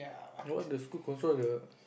that one the school control the